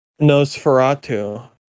Nosferatu